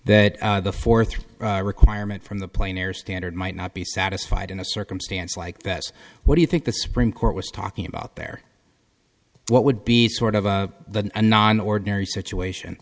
that the fourth requirement from the plane or standard might not be satisfied in a circumstance like that what do you think the supreme court was talking about there what would be sort of the not an ordinary situation